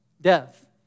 death